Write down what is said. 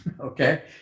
okay